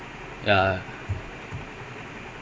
messi's talent is